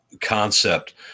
concept